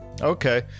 Okay